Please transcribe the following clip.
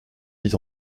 mis